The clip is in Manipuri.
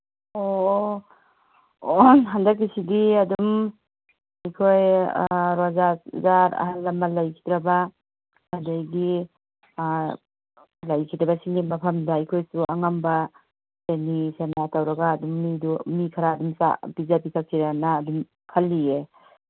ꯑꯣ ꯑꯣ ꯍꯟꯗꯛꯀꯤꯁꯤꯗꯤ ꯑꯗꯨꯝ ꯑꯩꯈꯣꯏ ꯔꯣꯖꯥꯗ ꯑꯍꯜ ꯂꯃꯟ ꯂꯩꯈꯤꯗ꯭ꯔꯕ ꯑꯗꯒꯤ ꯂꯩꯈꯤꯗ꯭ꯔꯕꯁꯤꯡꯒꯤ ꯃꯐꯝꯗ ꯑꯩꯈꯣꯏꯁꯨ ꯑꯉꯝꯕ ꯇꯧꯔꯒ ꯑꯗꯨꯝ ꯃꯤꯗꯨ ꯃꯤ ꯈꯔ ꯑꯗꯨꯝ ꯆꯥꯛ ꯄꯤꯖ ꯄꯤꯊꯛꯁꯤꯔꯥꯅ ꯈꯜꯂꯤ